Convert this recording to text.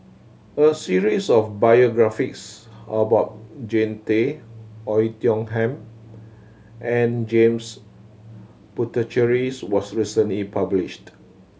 a series of biographies about Jean Tay Oei Tiong Ham and James Puthuchearies was recently published